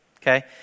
okay